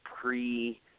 pre